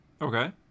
okay